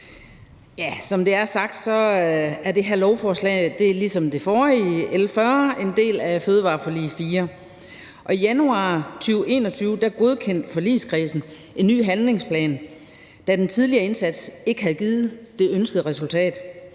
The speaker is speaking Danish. Som det er blevet sagt, er det her lovforslag ligesom det forrige, L 40, en del af fødevareforlig 4. I januar 2021 godkendte forligskredsen en ny handlingsplan, da den tidligere indsats ikke havde givet det ønskede resultat.